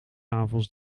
avonds